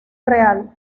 real